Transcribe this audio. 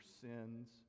sins